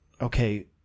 okay